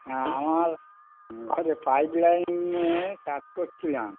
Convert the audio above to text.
হ্যাঁ আমার ঘরে পাইপলাইনে কাজ করছিলাম